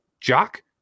jock